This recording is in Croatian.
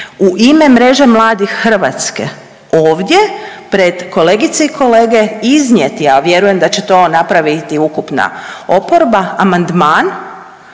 u ime Mreže mladih Hrvatske ovdje pred kolegice i kolege iznijeti, a vjerujem da će to napraviti ukupna oporba amandman